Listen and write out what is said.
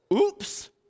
oops